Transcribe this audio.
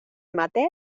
maté